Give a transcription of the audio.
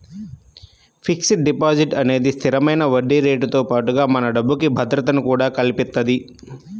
fixed deposit అనేది స్థిరమైన వడ్డీరేటుతో పాటుగా మన డబ్బుకి భద్రతను కూడా కల్పిత్తది